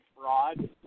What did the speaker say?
fraud